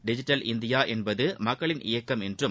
digital India என்பது மக்களின் இயக்கம் என்றும்